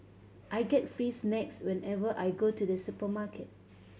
I get free snacks whenever I go to the supermarket